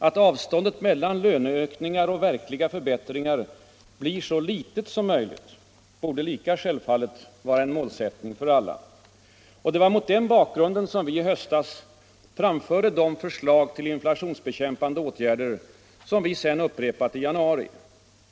Att avståndet mellan löneökningar och verkliga förbättringar är så litet som möjligt borde lika självfallet vara en målsättning för alla. Det var mot den bakgrunden som vi i höstas framförde de förslag till inflationsbekämpande åtgärder som vi sedan upprepat i januari.